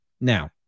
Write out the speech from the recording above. now